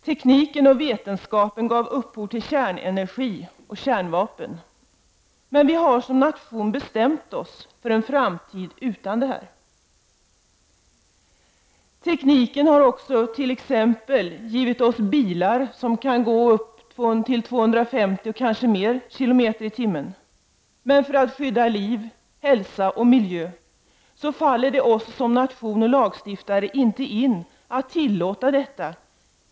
Tekniken och vetenskapen gav upphov till kärnenergin och kärnvapnen. Men vi som nation har bestämt oss för en framtid utan dessa. Tekniken har också t.ex. givit oss bilar som åtminstone kan gå i upp till 250 kilometer i timmen. Men för att skydda liv, hälsa och miljö faller det oss som nation och oss som lagstiftare inte in att tillåta detta.